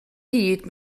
hyd